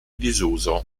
disuso